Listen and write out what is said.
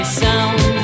sound